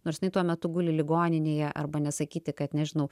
nors jinai tuo metu guli ligoninėje arba nesakyti kad nežinau